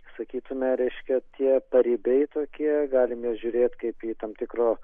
sakytume reiškia tie paribiai tokie galime žiūrėt kaip į tam tikro